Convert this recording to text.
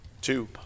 two